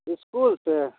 इसकुलपर